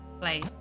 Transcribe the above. Play